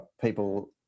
people